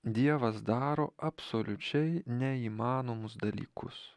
dievas daro absoliučiai neįmanomus dalykus